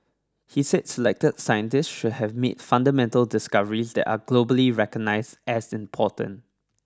he said selected scientists should have made fundamental discoveries that are globally recognised as important